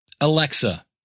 Alexa